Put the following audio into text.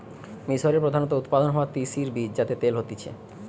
মিশরে প্রধানত উৎপাদন হওয়া তিসির বীজ যাতে তেল হতিছে